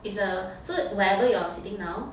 it's a so wherever you're sitting now